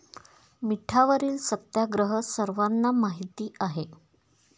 मिठावरील सत्याग्रह सर्वांना माहीत आहे